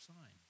sign